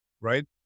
right